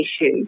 issue